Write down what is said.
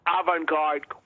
avant-garde